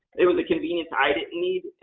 it was a convenience i didn't need.